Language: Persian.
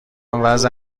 وضع